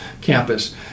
campus